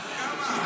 כמה?